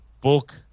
book